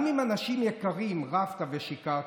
גם עם אנשים יקרים רבת ושיקרת.